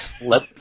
let